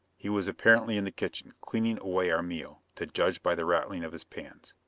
he was apparently in the kitchen, cleaning away our meal, to judge by the rattling of his pans.